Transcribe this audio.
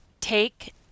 take